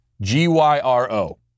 G-Y-R-O